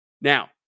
Now